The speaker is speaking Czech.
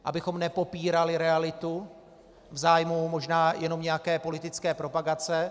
Abychom nepopírali realitu v zájmu možná jenom nějaké politické propagace.